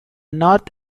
north